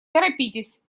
торопитесь